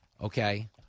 Okay